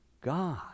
God